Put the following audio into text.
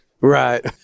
Right